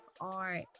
art